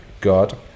God